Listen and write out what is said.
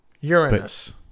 Uranus